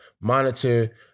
monitor